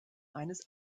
eines